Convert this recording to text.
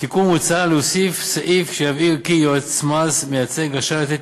בתיקון מוצע להוסיף סעיף שיבהיר כי יועץ מס מייצג רשאי לתת